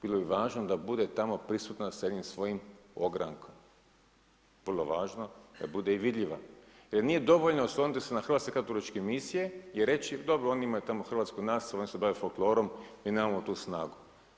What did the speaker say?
Bilo bi važno da bude tamo prisutna sa jednim svojim ogrankom, vrlo važno da bude i vidljiva jer nije dovoljno osloniti se na Hrvatske katoličke misije i reći, dobro oni imaju tamo hrvatsko … oni se tamo bave folklorom, mi nemamo tu snagu.